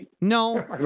no